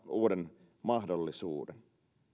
uuden mahdollisuuden